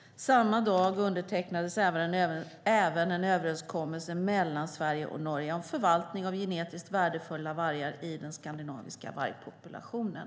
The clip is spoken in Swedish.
Samma dag undertecknades även en överenskommelse mellan Sverige och Norge om förvaltning av genetiskt värdefulla vargar i den skandinaviska vargpopulationen.